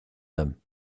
them